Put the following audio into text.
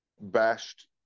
bashed